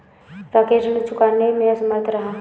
राजेश ऋण चुकाने में असमर्थ रहा